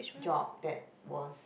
job that was